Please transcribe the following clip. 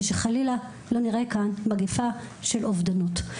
שחלילה לא נראה כאן מגפה של אובדנות.